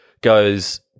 goes